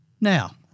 Now